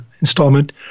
installment